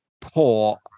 poor